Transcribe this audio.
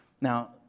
Now